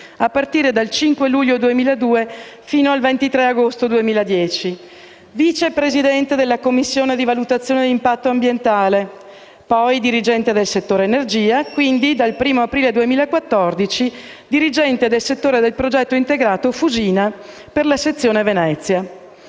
a partire dal 5 luglio 2002 e fino al 23 agosto 2010, vice presidente della commissione di valutazione di impatto ambientale, poi dirigente del settore energia, quindi, dal 1° aprile 2014, dirigente del settore del progetto integrato Fusina per la sezione Venezia,